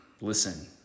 listen